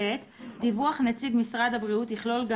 (ב)דיווח נציג משרד הבריאות יכלול גם